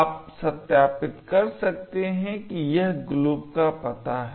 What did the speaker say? आप सत्यापित कर सकते हैं कि यह glob का पता है